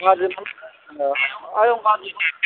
गाज्रि मोननो आयं गाज्रिमोन